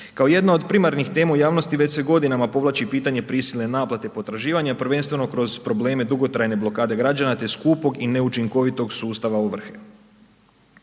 Kao jedno od primarnih tema u javnosti već se godinama povlači pitanje prisilne naplate potraživanja, prvenstveno kroz probleme dugotrajne blokade građana, te skupog i neučinkovitog sustava ovrhe.